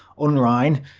unrein,